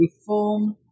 reform